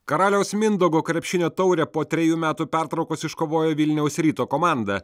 karaliaus mindaugo krepšinio taurę po trejų metų pertraukos iškovojo vilniaus ryto komanda